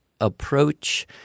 approach